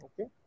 Okay